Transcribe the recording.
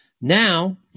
now